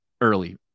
early